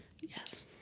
Yes